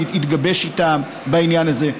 שהתגבש איתם בעניין הזה.